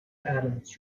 adams